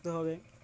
দিতে হবে